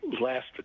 last